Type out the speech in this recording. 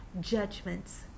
judgments